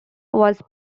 was